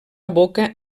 aboca